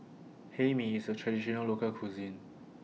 Hae Mee IS A Traditional Local Cuisine